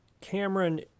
Cameron